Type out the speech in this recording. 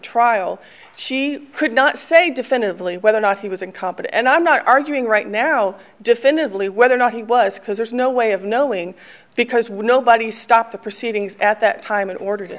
trial she could not say definitively whether or not he was incompetent and i'm not arguing right now definitively whether or not he was because there's no way of knowing because when nobody stopped the proceedings at that time and order